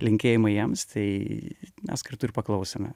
linkėjimai jiems tai mes kartu ir paklausome